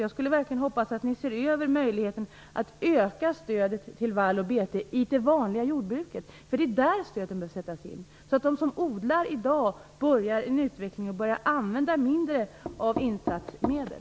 Jag hoppas verkligen att ni ser över möjligheten att öka stödet till vall och bete i det vanliga jordbruket. Det är där stöden behöver sättas in, så att de som i dag odlar börjar använda mindre av insatsmedel.